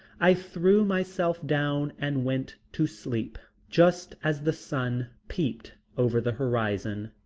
i threw myself down and went to sleep just as the sun peeped over the horizon.